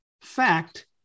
fact